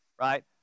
right